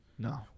No